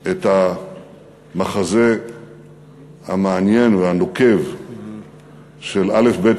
את המחזה המעניין והנוקב של א.ב.